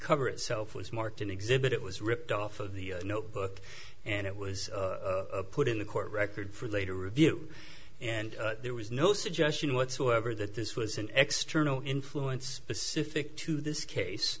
cover itself was marked in exhibit was ripped off of the notebook and it was put in the court record for later review and there was no suggestion whatsoever that this was an external influence pacific to this case